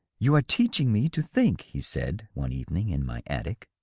you are teaching me to think, he said, one evening, in my attic.